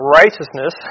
righteousness